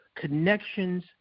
connections